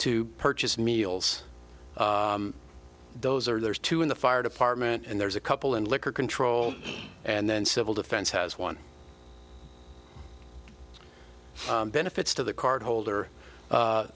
to purchase meals those are there's two in the fire department and there's a couple in liquor control and then civil defense has one benefits to the card holder